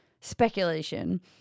speculation